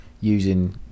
using